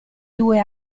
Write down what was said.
due